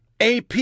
AP